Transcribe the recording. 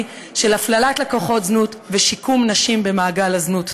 של הפללת לקוחות זנות ושיקום נשים במעגל הזנות.